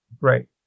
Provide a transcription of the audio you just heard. Right